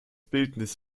bildnis